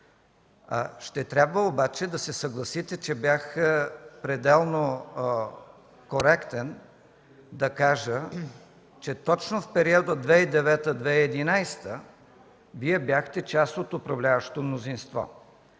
Ще трябва обаче да се съгласите, че бях пределно коректен да кажа, че точно в периода 2009-2011 г. Вие бяхте част от управляващото мнозинство.